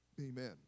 Amen